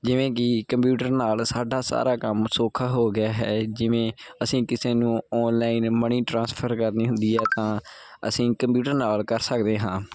ਜਿਵੇਂ ਕਿ ਕੰਪਿਊਟਰ ਨਾਲ ਸਾਡਾ ਸਾਰਾ ਕੰਮ ਸੌਖਾ ਹੋ ਗਿਆ ਹੈ ਜਿਵੇਂ ਅਸੀਂ ਕਿਸੇ ਨੂੰ ਆਨਲਾਈਨ ਮਨੀ ਟ੍ਰਾਂਸਫਰ ਕਰਨੀ ਹੁੰਦੀ ਹੈ ਤਾਂ ਅਸੀਂ ਕੰਪਿਊਟਰ ਨਾਲ ਕਰ ਸਕਦੇ ਹਾਂ